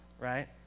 Right